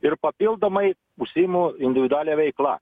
ir papildomai užsiimu individualia veikla